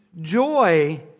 joy